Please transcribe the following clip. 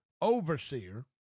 overseer